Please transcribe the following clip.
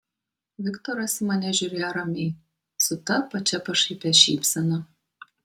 viktoras į mane žiūrėjo ramiai su ta pačia pašaipia šypsena